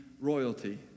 royalty